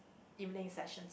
evening sessions